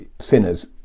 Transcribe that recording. sinners